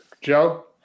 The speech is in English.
Joe